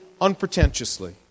unpretentiously